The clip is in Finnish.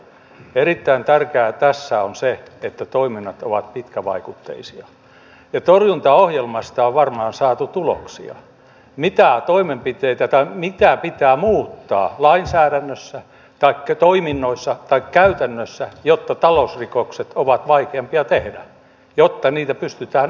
erittäin tärkeää tässä on se että toiminnat ovat pitkävaikutteisia ja torjuntaohjelmasta on varmaan saatu tuloksia mitä pitää muuttaa lainsäädännössä taikka toiminnoissa tai käytännössä jotta talousrikokset ovat vaikeampia tehdä jotta niitä pystytään ennalta estämään